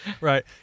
right